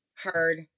hard